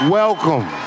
welcome